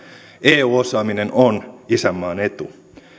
eu osaaminen on isänmaan etu